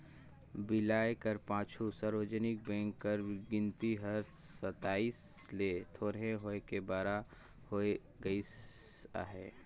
बिलाए कर पाछू सार्वजनिक बेंक कर गिनती हर सताइस ले थोरहें होय के बारा होय गइस अहे